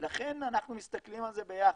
לכן אנחנו מסתכלים על זה ביחד.